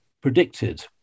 predicted